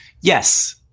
Yes